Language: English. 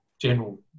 General